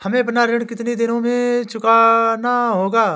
हमें अपना ऋण कितनी दिनों में चुकाना होगा?